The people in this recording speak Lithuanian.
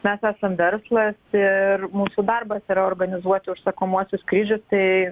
mes esam verslas ir mūsų darbas yra organizuoti užsakomuosius skaičius tai